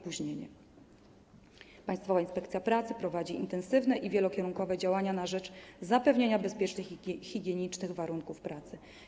Państwowa Inspekcja Pracy prowadzi intensywne i wielokierunkowe działania na rzecz zapewnienia bezpiecznych i higienicznych warunków pracy.